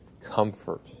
comfort